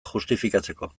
justifikatzeko